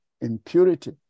impurity